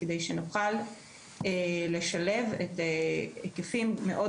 על מנת שנוכל לשלב את ההיקפים המאוד